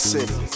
City